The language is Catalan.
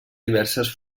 diverses